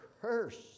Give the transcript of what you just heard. cursed